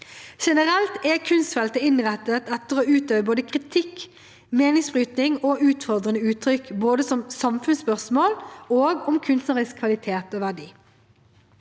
Generelt er kunstfeltet innrettet etter å utøve både kritikk, meningsbrytning og utfordrende uttrykk, både om samfunnsspørsmål og om kunstnerisk kvalitet og verdi.